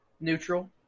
Neutral